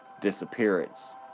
disappearance